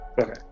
Okay